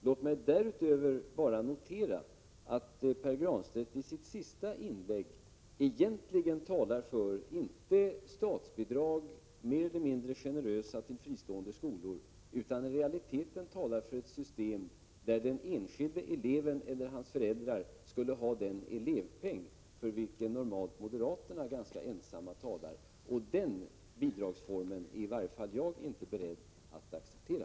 Låt mig därför bara notera att Pär Granstedt i sitt sista inlägg egentligen inte talade för mer eller mindre generösa statsbidrag till fristående skolor utan i realiteten talade för ett system där den enskilde eleven eller hans föräldrar skulle ha den elevpenning moderaterna normalt ensamma talar för. Den bidragsformen är i varje fall jag inte beredd att acceptera.